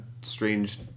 strange